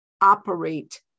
operate